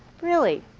really.